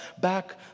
back